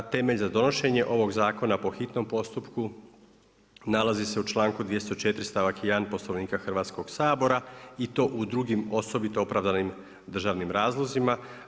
Temelj za donošenje ovog Zakona po hitnom postupku nalazi se u članku 204. stavak 1. Poslovnika Hrvatskog sabora i to u drugim osobito opravdanim državnim razlozima.